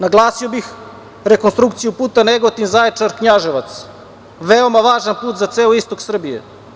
Naglasio bih rekonstrukciju puta Negotin – Zaječar – Knjaževac, veoma važan put za ceo istok Srbije.